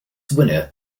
winner